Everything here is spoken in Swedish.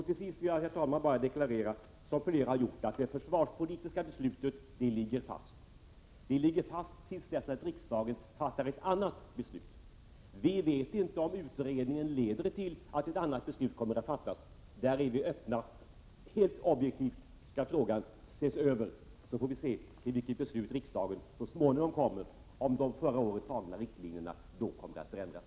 Till sist vill jag, herr talman, som flera andra talare har gjort, bara deklarera att det försvarspolitiska beslutet ligger fast. Det ligger fast till dess riksdagen fattar ett annat beslut. Vi vet inte om utredningen leder till att ett annat beslut kommer att fattas. Där är vi öppna. Helt objektivt skall frågan ses över, så får vi se till vilket beslut riksdagen så småningom kommer, om de förra året dragna riktlinjerna då kommer att förändras.